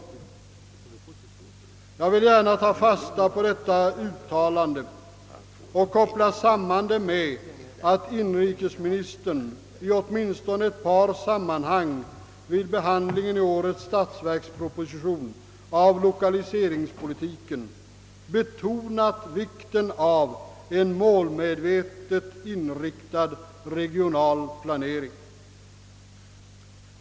Jag vill gärna ta fasta på detta uttalande och koppla samman det med att inrikesministern i åtminstone ett par sammanhang vid behandlingen i årets statsverksproposition av lokaliseringspolitiken har betonat vikten av en målmedvetet inriktad regional planering.